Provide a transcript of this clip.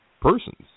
persons